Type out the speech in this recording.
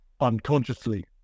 unconsciously